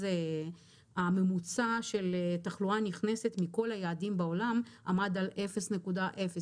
אז הממוצע של תחלואה נכנסת מכל היעדים בעולם עמד על 0.09%,